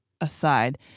aside